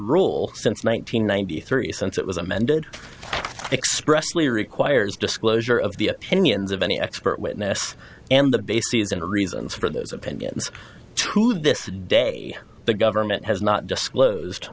rule since one nine hundred ninety three since it was amended expressly requires disclosure of the opinions of any expert witness and the bases and reasons for those opinions to this day the government has not disclosed